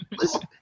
listen